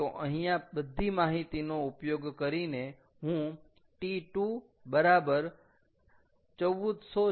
તો અહીંયા બધી માહિતીનો ઉપયોગ કરીને હું T2 બરાબર 1434